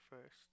first